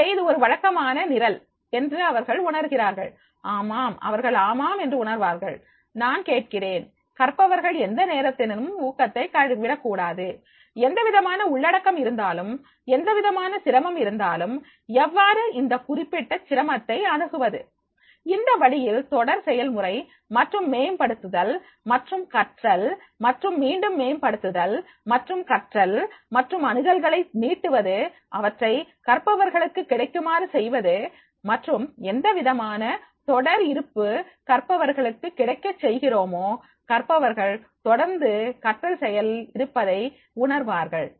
எனவே இது ஒரு வழக்கமான நிரல் என்று அவர்கள் உணர்கிறார்கள் அவர்கள் ஆமாம் என்று உணர்வார்கள் நான் கேட்கிறேன் கற்பவர்கள் எந்தநேரத்திலும் ஊக்கத்தை விடக்கூடாது எந்தவிதமான உள்ளடக்கம் இருந்தாலும் எந்தவிதமான சிரமம் இருந்தாலும் எவ்வாறு அந்த குறிப்பிட்ட சிரமத்தை அணுகுவது இந்த வழியில் தொடர் செயல்முறை மற்றும் மேம்படுத்துதல் மற்றும் கற்றல் மற்றும் மீண்டும் மேம்படுத்துதல் மற்றும் கற்றல் மற்றும் அணுகல்களை நீட்டுவது அவற்றை கற்பவர்களுக்கு கிடைக்குமாறு செய்வது மற்றும் எந்தவிதமான தொடர் இருப்பு கற்பவர்களுக்கு கிடைக்க செய்கிறோமோ கற்பவர்கள் தொடர்ந்து கற்றல் செயலில் இருப்பதை உணர்வார்கள்